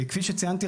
כפי שציינתי,